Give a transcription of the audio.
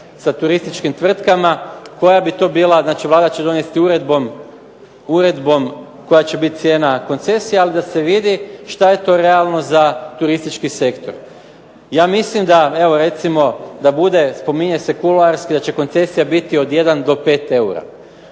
sa turističkim tvrtkama koja bi to bila. Znači, Vlada će donesti uredbom koja će biti cijena koncesije, ali da se vidi što je to realno za turistički sektor. Ja mislim da, evo recimo da bude, spominje se kuloarski da će koncesija biti od jedan do pet eura.